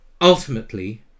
Ultimately